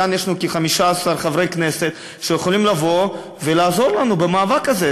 כאן יש לנו כ-15 חברי כנסת שיכולים לבוא ולעזור לנו במאבק הזה.